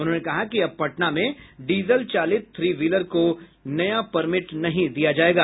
उन्होंने कहा कि अब पटना में डीजल चालित थ्री व्हीलर को नया परमिट नहीं दिया जायेगा